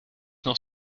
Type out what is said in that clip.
noch